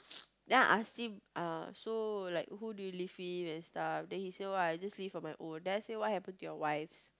then I ask him uh so like who do you live with and stuff then he say oh I just live on my own then I said what happened to your wives